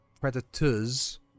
*Predators*